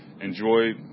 enjoy